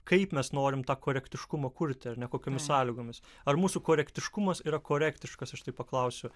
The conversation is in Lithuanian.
kaip mes norim tą korektiškumą kurti ar ne kokiomis sąlygomis ar mūsų korektiškumas yra korektiškas aš taip paklausiu